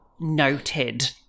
noted